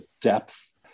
depth